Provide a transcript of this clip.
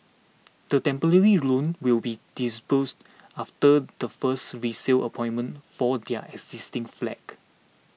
the temporary loan will be disbursed after the first resale appointment for their existing flag